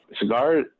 cigar